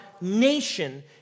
nation